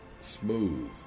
smooth